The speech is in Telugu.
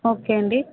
ఓకే అండి